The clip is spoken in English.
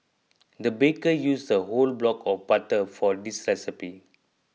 the baker used a whole block of butter for this recipe